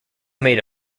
made